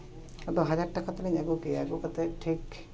ᱟᱫᱚ ᱦᱟᱡᱟᱨ ᱴᱟᱠᱟ ᱛᱮᱞᱤᱧ ᱟᱹᱜᱩ ᱠᱮᱜᱼᱟ ᱟᱹᱜᱩ ᱠᱟᱛᱮᱫ ᱴᱷᱤᱠ